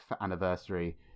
anniversary